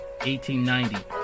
1890